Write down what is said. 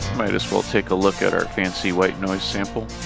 might as well take a look at our fancy white noise sample.